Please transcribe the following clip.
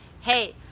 Hey